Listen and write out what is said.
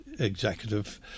executive